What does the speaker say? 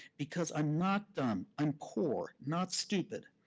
because i'm not dumb, i'm poor, not stupid.